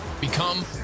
Become